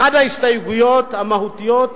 אחת ההסתייגויות המהותיות,